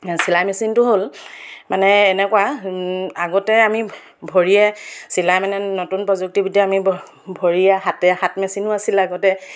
চিলাই মেচিনটো হ'ল মানে এনেকুৱা আগতে আমি ভৰিয়ে চিলাই মানে নতুন প্ৰযুক্তিবিদ্যা আমি ভ ভৰিয়ে হাতে হাত মেচিনো আছিল আগতে